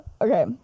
okay